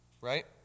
Right